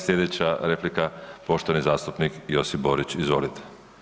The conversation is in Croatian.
Slijedeća replika, poštovani zastupnik Josip Borić, izvolite.